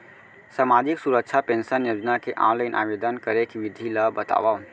सामाजिक सुरक्षा पेंशन योजना के ऑनलाइन आवेदन करे के विधि ला बतावव